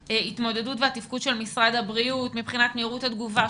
לא התקבלה הכנסה מרשות חניה ולא התקבלו עוד